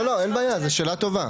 לא, אין בעיה, זו שאלה טובה.